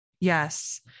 Yes